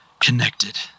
connected